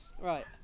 Right